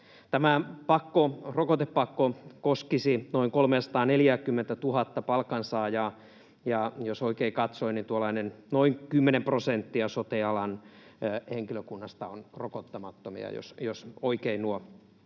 Tämä rokotepakko koskisi noin 340 000:ta palkansaajaa, ja jos oikein katsoin, tuollainen noin 10 prosenttia sote-alan henkilökunnasta on rokottamattomia — jos oikein nuo